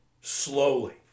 slowly